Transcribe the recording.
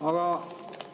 Aga